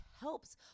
helps